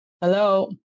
Hello